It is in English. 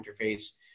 interface